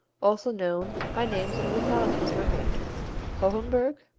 also known by names of localities where made hohenburg,